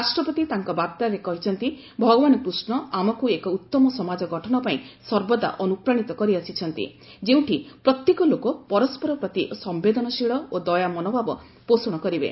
ରାଷ୍ଟ୍ରପତି ତାଙ୍କର ବାର୍ଭାରେ କହିଛନ୍ତି ଭଗବାନ କୃଷ୍ଣ ଆମକୁ ଏକ ଉତ୍ତମ ସମାଜ ଗଠନ ପାଇଁ ସର୍ବଦା ଅନୁପ୍ରାଣୀତ କରିଆସିଛନ୍ତି ଯେଉଁଠି ପ୍ରତ୍ୟେକ ଲୋକ ପରସ୍କର ପ୍ରତି ସମ୍ଭେଦନଶୀଳ ଓ ଦୟା ମନୋଭାବ ପୋଷଣ କରିବେ